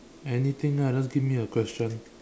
anything lah just give me a question